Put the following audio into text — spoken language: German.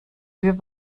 und